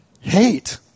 hate